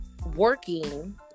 working